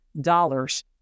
dollars